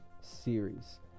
series